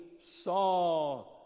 saw